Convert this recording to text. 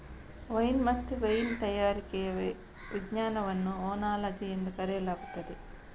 wine ಮತ್ತು wine ತಯಾರಿಕೆಯ ವಿಜ್ಞಾನವನ್ನು ಓನಾಲಜಿ ಎಂದು ಕರೆಯಲಾಗುತ್ತದೆ